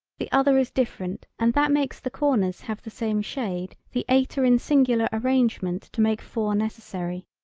the other is different and that makes the corners have the same shade the eight are in singular arrangement to make four necessary.